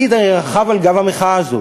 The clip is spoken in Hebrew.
לפיד הרי רכב על גב המחאה הזאת.